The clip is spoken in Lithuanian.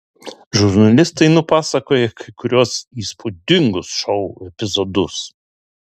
žurnalistai nupasakoja kai kuriuos įspūdingus šou epizodus